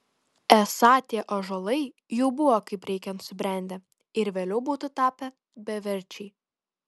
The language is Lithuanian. esą tie ąžuolai jau buvo kaip reikiant subrendę ir vėliau būtų tapę beverčiai